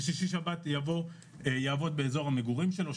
ובשישי-שבת יעבוד באזור המגורים שלו.